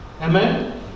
Amen